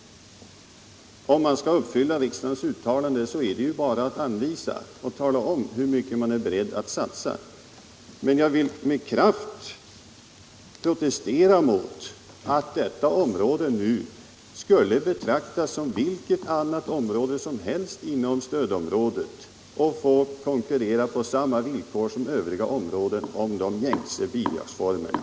Om regeringen skall följa riksdagens uttalande är det ju bara att anvisa medel och tala om, hur mycket regeringen är beredd att satsa. Men jag vill med kraft protestera mot att detta område nu skulle betraktas som vilket annat område som helst inom stödområdet och få konkurrera på samma villkor som övriga områden om de gängse bidragsformerna.